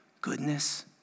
goodness